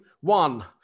one